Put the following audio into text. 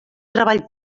treball